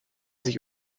sich